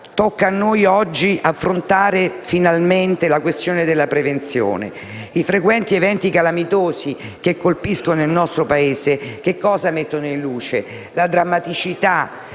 tocca a noi oggi affrontare finalmente la questione della prevenzione. I frequenti eventi calamitosi che colpiscono il nostro Paese mettono in luce la drammaticità